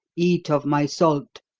eat of my salt,